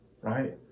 right